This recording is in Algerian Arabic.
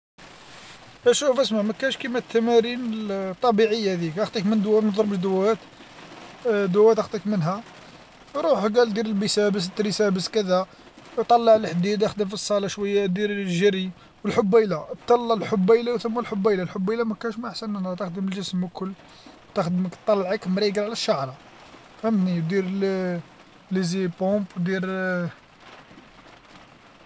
تا شوف ما كاينش كيما التمارين الطبيعية ذيك، أخطيك من دواء ما تضربش دواوات دواوات أخطيك منها، روح قال دير بيسابس كريسابس كذا طلع الحديد اخدم في الصالة شوية دير الجري، والحبيلة الطل الحبيلة ثم الحبيلة، الحبيلة ما كانش ما احسن منها تخدم الجسم الكل. تخدم طلعك مريقل على الشعرة، فهمتني دير دير.